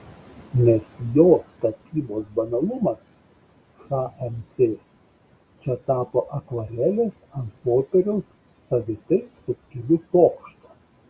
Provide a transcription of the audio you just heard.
nes jo tapybos banalumas šmc čia tapo akvarelės ant popieriaus savitai subtiliu pokštu